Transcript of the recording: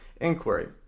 inquiry